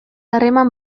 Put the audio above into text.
harreman